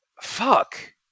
Fuck